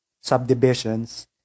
subdivisions